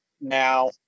now